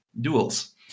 duels